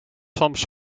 soms